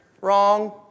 wrong